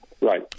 Right